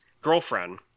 girlfriend